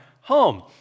home